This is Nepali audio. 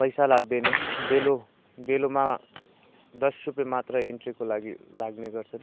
पैसा लाग्दैनन् डेलो डेलोमा दस रुपियाँ मात्र एन्ट्रीको लागि लाग्ने गर्छन्